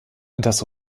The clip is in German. das